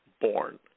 born